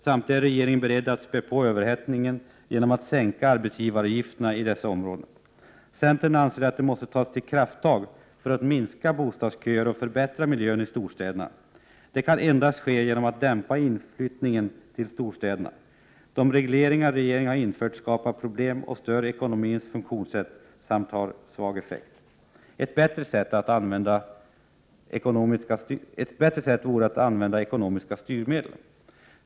Samtidigt är regeringen beredd att späda på överhettningen genom att sänka arbetsgivaravgifterna i dessa områden. Centern anser att det måste tas till krafttag för att minska bostadköerna och förbättra miljön i storstäderna. Detta kan endast ske genom att dämpa inflyttningen till storstäderna. De regleringar regeringen har infört skapar problem och stör ekonomins funktionssätt samt har svag effekt. Ett bättre sätt vore att använda ekonomiska styrmedel.